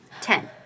ten